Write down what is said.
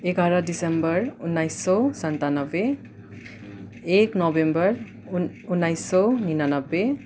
एघार डिसम्बर उन्नाइस सय सन्तानब्बे एक नोभेम्बर उन्नाइस सय निनानब्बे